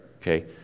Okay